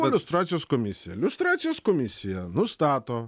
buvo liustracijos komisija liustracijos komisija nustato